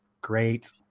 great